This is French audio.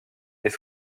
est